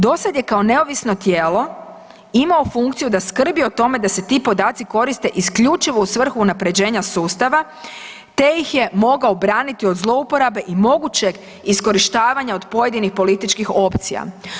Dosad je kao neovisno tijelo imao funkciju da skrbi o tome da se ti podaci koriste isključivo u svrhu unaprjeđenja sustava te ih je mogao braniti od zlouporabe i mogućeg iskorištavanja od pojedinih političkih opcija.